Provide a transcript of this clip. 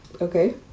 okay